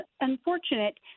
unfortunate